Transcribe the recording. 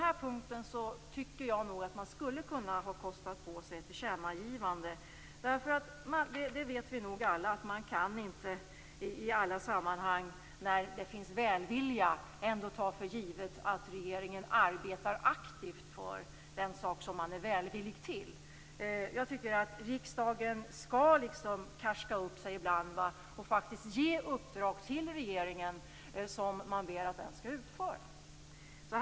Jag tycker nog att man här hade kunnat kosta på sig ett tillkännagivande. Vi vet nog alla att man inte i alla sammanhang där det finns en välvillig inställning kan ta för givet att regeringen arbetar aktivt för den sak man är välvilligt inställd till. Riksdagen skall karska upp sig ibland och faktiskt ge regeringen uppdrag som man ber att den skall utföra.